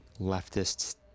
leftists